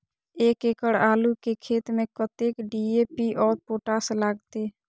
एक एकड़ आलू के खेत में कतेक डी.ए.पी और पोटाश लागते?